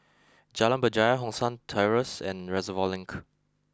Jalan Berjaya Hong San Terrace and Reservoir Link